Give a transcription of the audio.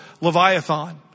Leviathan